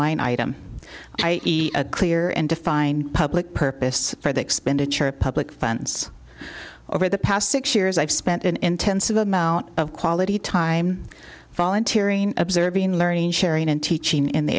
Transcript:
line item i e a clear and define public purpose for the expenditure of public funds over the past six years i've spent an intensive amount of quality time volunteering observing learning sharing and teaching in the